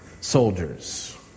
soldiers